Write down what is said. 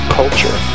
culture